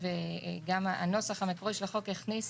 אדוני, המשרד להגנת